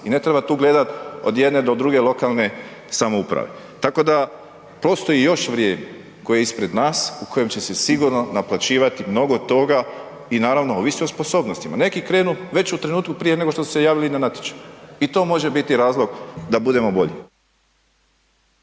i ne treba tu gledat od jedne do druge lokalne samouprave, tako da postoji još vrijeme koje je ispred nas, u kojem će se sigurno naplaćivati mnogo toga i naravno, ovisi o sposobnostima, neki krenu već u trenutku prije nego što su se javili na natječaj i to može biti razlog da budemo bolji.